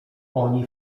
oni